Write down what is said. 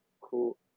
Cool